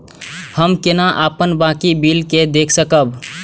हम केना अपन बाकी बिल के देख सकब?